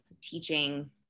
teaching